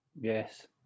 Yes